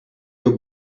your